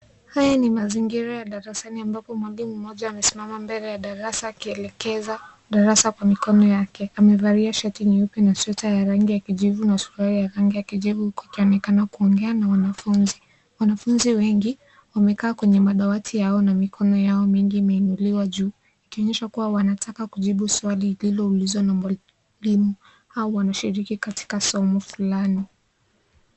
Haya ni mazingira ya darasani ambapo mwalimu mmoja amesimama mbele ya darasa akielekeza darasa kwa mikono yake. Amevalia shati nyeupe na sweta ya rangi ya kijivu na suruali ya rangi ya kijivu huku akionekana kuongea na wanafunzi. Wanafunzi wengi wamekaa kwenye madawati yao na mikono yao mingi imeinuliwa juu ikionyeshwa kuwa wanataka kujibu swali liloulizwa na mwalimu au wanashiriki katika somo fulani.